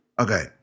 Okay